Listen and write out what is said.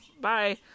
bye